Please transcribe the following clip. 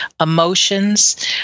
emotions